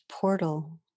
portal